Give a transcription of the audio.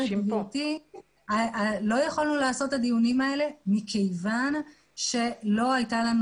אומרת שלא יכולנו לעשות את הדיונים האלה מכיוון שלא הייתה לנו